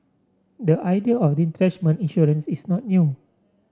the ideal of retrenchment insurance is not new